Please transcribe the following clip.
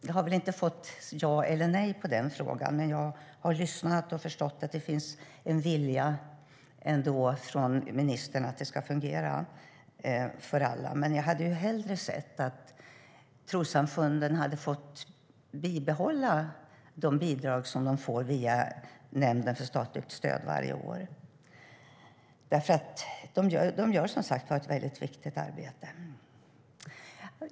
Jag har väl inte fått ett ja eller nej till svar på frågan, men jag har lyssnat och förstått att det finns en vilja hos ministern att det ska fungera för alla. Men jag hade ju hellre sett att trossamfunden hade fått behålla de bidrag som de får via Nämnden för statligt stöd varje år eftersom de som sagt gör ett väldigt viktigt arbete.